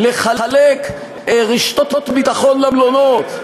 לחלק רשתות ביטחון למלונות,